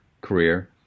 career